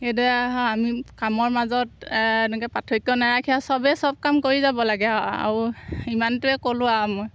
সেইদৰে আৰু আমি কামৰ মাজত এনেকৈ পাৰ্থক্য নাৰাখি আৰু চবেই চব কাম কৰি যাব লাগে আৰু আৰু ইমানটোৱে ক'লোঁ আৰু মই